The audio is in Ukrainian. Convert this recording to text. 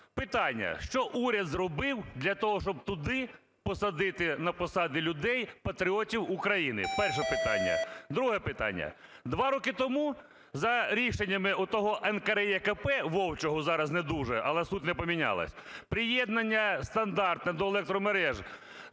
Питання: що уряд зробив для того, щоб туди посадити на посади людей-патріотів України? Перше питання. Друге питання. Два роки тому за рішеннями того НКРЕКП, "вовчого", зараз не дуже, але суть не помінялася, приєднання стандартне до електромереж